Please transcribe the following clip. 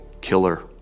killer